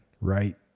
right